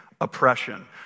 oppression